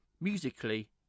musically